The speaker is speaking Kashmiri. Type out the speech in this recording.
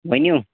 ؤنِو